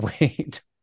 Wait